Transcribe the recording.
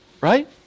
right